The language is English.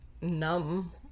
numb